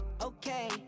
Okay